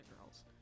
girls